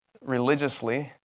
religiously